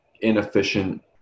inefficient